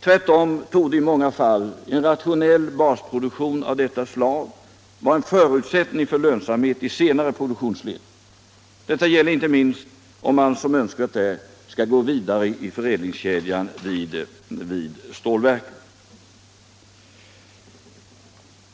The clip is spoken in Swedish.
Tvärtom torde i många fall en rationell basproduktion av detta slag vara en förutsättning för lönsamhet i senare produktionsled. Detta gäller inte minst om man, som önskvärt är, skall gå vidare i förädlingskedjan vid stålverket.